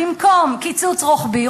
במקום קיצוץ רוחבי,